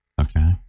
okay